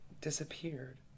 disappeared